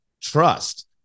trust